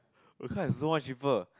but Kaist is so much cheaper